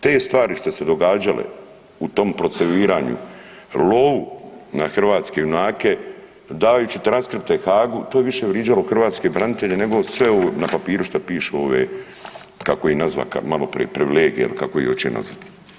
Te stvar što su se događale u tom procesuiranju, lovu na hrvatske junake, dajući transkripte Haagu, to je više vrijeđalo hrvatske branitelje nego sve ovo na papiru što pišu ove kako ih nazva malo prije, privilegije ili kako ih hoće nazvati.